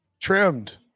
trimmed